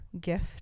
gift